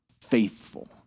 faithful